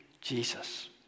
Jesus